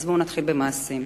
אז בואו נתחיל במעשים.